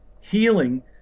healing